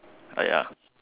uh ya